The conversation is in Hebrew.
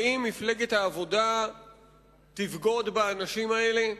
האם מפלגת העבודה תבגוד באנשים האלה?